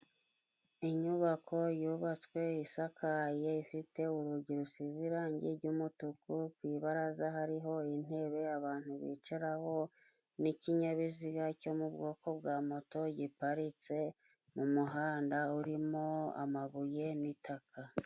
Inyubako yubatswe isakaye, ifite urugi rusize irangi ry'umutuku, ku ibaraza hariho intebe abantu bicaraho n'ikinyabiziga cyo mu bwoko bwa moto giparitse mu muhanda urimo amabuye n'itaka.